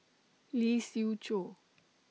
Lee Siew Choh